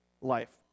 life